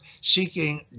seeking